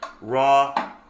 Raw